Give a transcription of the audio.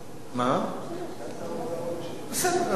אז אתה תשיב על שניהם,